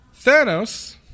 Thanos